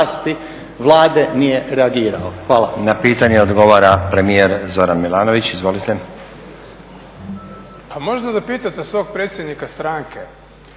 Na pitanje odgovara premijer Zoran Milanović.